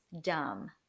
dumb